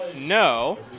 no